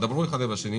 דברו אחד עם השני,